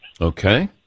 Okay